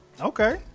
Okay